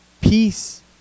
peace